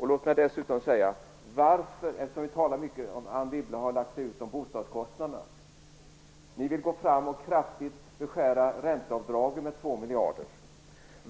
Anne Wibble har dessutom utlåtit sig mycket om bostadskostnaderna. Ni vill gå fram kraftigt och beskära ränteavdragen med 2 miljarder.